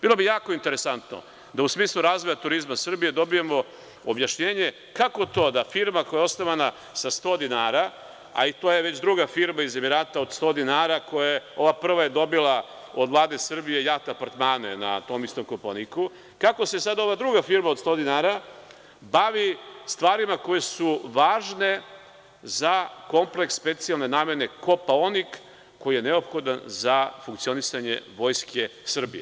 Bilo bi jako interesantno da u smislu razvoja turizma Srbije dobijemo objašnjenje kako to da firma koja je osnovana sa 100 dinara, a i to je već druga firma iz Emirata od 100 dinara, ova prva je dobila od Vlade Srbije JAT apartmane na tom istom Kopaoniku, kako se sada ova druga firma od 100 dinara bavi stvarima koje su važne za kompleks specijalne namene Kopaonik, koji je neophodan za funkcionisanje Vojske Srbije?